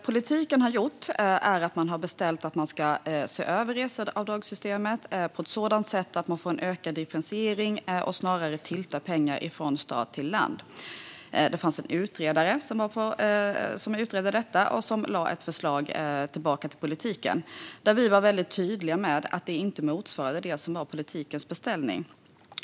Politiken har beställt att man ska se över reseavdragssystemet på ett sådant sätt att man får en ökad differentiering och snarare tiltar pengar från stad till land. En utredare utredde detta och lade fram ett förslag tillbaka till politiken. Vi var väldigt tydliga med att det inte motsvarande det som var politikens beställning.